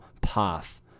path